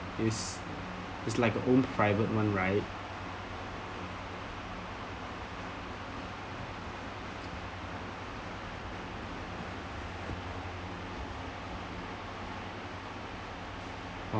is it's like the own private one right